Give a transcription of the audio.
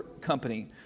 company